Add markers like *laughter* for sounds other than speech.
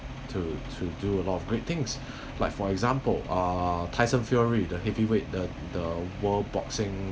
to to do a lot of great things *breath* like for example uh tyson fury the heavyweight the the world boxing